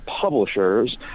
Publishers